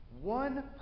one